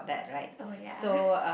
oh ya